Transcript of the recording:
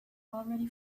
already